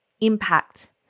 impact